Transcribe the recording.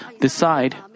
decide